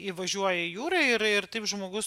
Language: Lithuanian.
įvažiuoja į jūrą ir ir taip žmogus